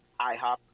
IHOP